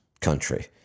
country